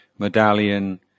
medallion